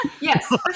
Yes